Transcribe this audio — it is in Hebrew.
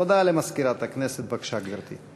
הודעה למזכירת הכנסת, בבקשה, גברתי.